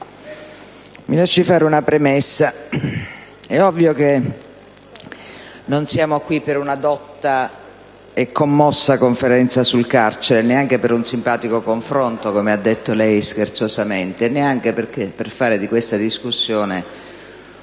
mi lasci fare una premessa. È ovvio che non siamo qui per una dotta e commossa conferenza sul carcere o per un simpatico confronto - come lei scherzosamente ha detto - e neanche per fare di questa discussione